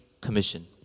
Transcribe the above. Commission